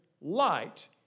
light